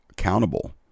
accountable